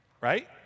Right